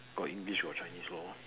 got English got Chinese lor